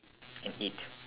and eat